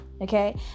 okay